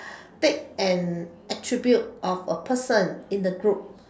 take an attribute of a person in the group